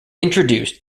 introduced